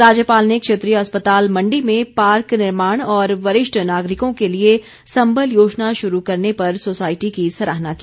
राज्यपाल ने क्षेत्रीय अस्पताल मण्डी में पार्क निर्माण और वरिष्ठ नागरिकों के लिए संबल योजना शुरू करने पर सोसायटी की सराहना की